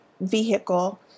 vehicle